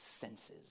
senses